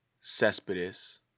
Cespedes